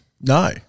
No